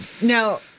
Now